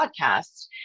podcast